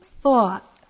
thought